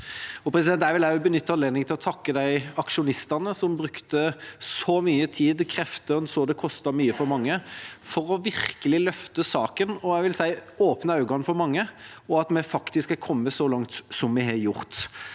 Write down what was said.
rettes opp. Jeg vil også benytte anledningen til å takke aksjonistene som brukte så mye tid og krefter – en så det kostet mye for mange – for virkelig å løfte saken og jeg vil si åpne øynene for mange, og at vi faktisk har kommet så langt som vi har gjort.